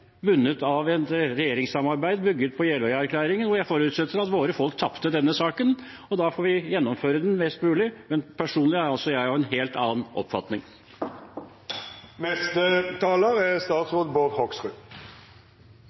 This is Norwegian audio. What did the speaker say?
bundet av et regjeringssamarbeid bygget på Jeløya-erklæringen, der jeg forutsetter at våre folk tapte denne saken, og da får vi gjennomføre den best mulig. Men personlig er jeg altså av en helt annen oppfatning. Riksrevisjonen har gjennomført en grundig og god analyse av myndighetenes bioenergisatsing. Det er